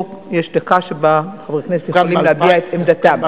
של דקה שבה חברי הכנסת יכולים להביע את עמדתם.